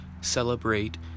celebrate